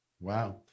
Wow